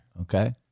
Okay